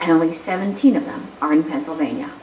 and only seventeen of them are in pennsylvania